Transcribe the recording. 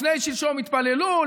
לפני שלשום התפללו,